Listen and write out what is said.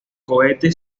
cohete